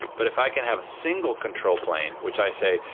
but if i can have a single control plane, which i say,